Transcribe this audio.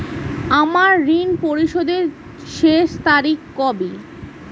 আমার ঋণ পরিশোধের শেষ তারিখ কবে?